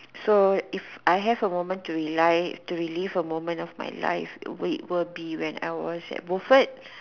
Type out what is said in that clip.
so if I have a moment to relive to relive a moment of my life it will be when I was at Wilford